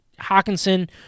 Hawkinson